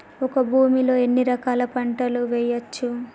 ఒక భూమి లో ఎన్ని రకాల పంటలు వేయచ్చు?